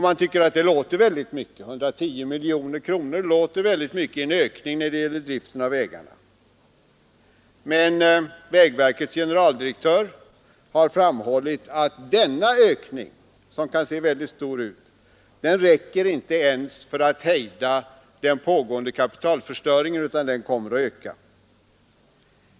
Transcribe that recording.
Man tycker att det låter väldigt mycket, men vägverkets generaldirektör har framhållit att denna ökning, som kan se väldigt stor ut, inte ens räcker för att hejda den pågående kapitalförstöringen, utan att denna kommer att öka.